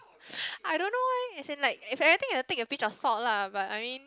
I don't know why as in like if anything you'll take a pinch of salt lah but I mean